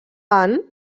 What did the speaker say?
han